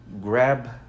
grab